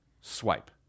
Swipe